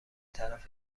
طرف